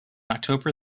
october